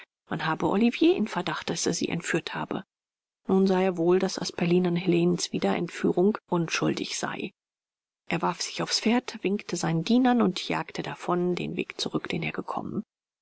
man habe olivier in verdacht daß er sie entführt habe nun sah er wohl daß asperlin an helenens wiederentführung unschuldig sei er warf sich auf's pferd winkte seinen dienern und jagte davon den weg zurück den er gekommen